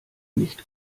nicht